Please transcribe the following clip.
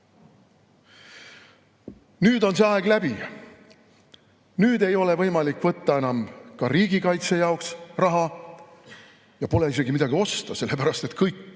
Nüüd on see aeg läbi. Nüüd ei ole võimalik võtta enam ka riigikaitse jaoks raha ja pole isegi midagi osta, sellepärast et kõik